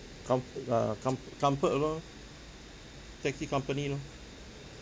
com~ uh com~ comfort lor taxi company lor